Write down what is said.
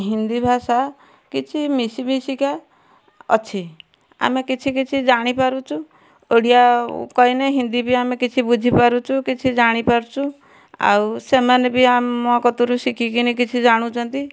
ହିନ୍ଦୀ ଭାଷା କିଛି ମିଶି ମିଶିକା ଅଛି ଆମେ କିଛି କିଛି ଜାଣିପାରୁଛୁ ଓଡ଼ିଆ କହିନେ ହିନ୍ଦୀ ବି ଆମେ କିଛି ବୁଝିପାରୁଛୁ କିଛି ଜାଣିପାରୁଛୁ ଆଉ ସେମାନେ ବି ଆମ କତୁରୁ ଶିଖିକି କିଛି ଜାଣୁଛନ୍ତି